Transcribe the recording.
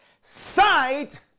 Sight